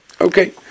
Okay